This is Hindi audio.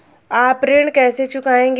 आप ऋण कैसे चुकाएंगे?